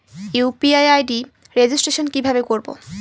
UPI ID registration কিভাবে করব?